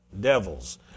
devils